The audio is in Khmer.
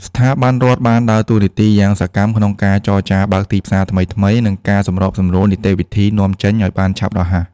ស្ថាប័នរដ្ឋបានដើរតួនាទីយ៉ាងសកម្មក្នុងការចរចាបើកទីផ្សារថ្មីៗ និងការសម្របសម្រួលនីតិវិធីនាំចេញឱ្យបានឆាប់រហ័ស។